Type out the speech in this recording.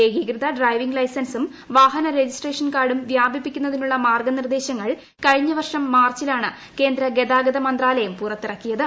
ഏകീകൃത ഡ്രൈവിംഗ് ലൈസൻസും വാഹന രജിസ്ട്രേഷൻ കാർഡും വ്യാപിപ്പിക്കുന്നതിനുള്ള മാർഗ്ഗനിർദ്ദേശങ്ങൾ കഴിഞ്ഞ വർഷം മാർച്ചിലാണ് കേന്ദ്ര ഗതാഗത മന്ത്രാലയം പുറത്തിറക്കിയത്